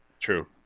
True